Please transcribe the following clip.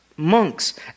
Monks